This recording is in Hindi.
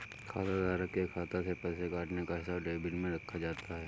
खाताधारक के खाता से पैसे कटने का हिसाब डेबिट में रखा जाता है